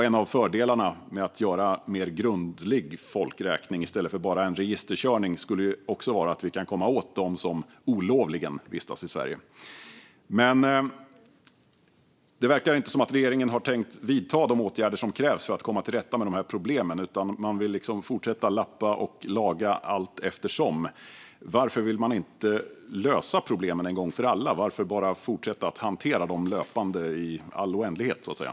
En av fördelarna med att göra en mer grundlig folkräkning i stället för bara en registerkörning skulle också vara att vi kunde komma åt dem som olovligen vistas i Sverige. Men det verkar inte som att regeringen har tänkt vidta de åtgärder som krävs för att komma till rätta med de här problemen. Man vill liksom fortsätta att lappa och laga allteftersom. Varför vill man inte lösa problemen en gång för alla? Varför bara fortsätta att hantera dem löpande i all oändlighet, så att säga?